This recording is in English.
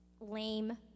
lame